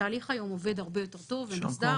התהליך היום עובד הרבה יותר טוב ומוסדר